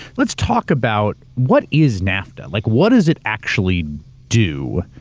let's talk about what is nafta? like what does it actually do,